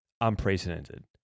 unprecedented